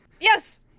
Yes